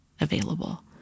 available